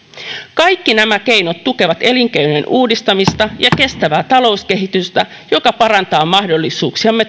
kaikki nämä keinot tukevat elinkeinojen uudistamista ja kestävää talouskehitystä joka parantaa mahdollisuuksiamme